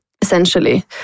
essentially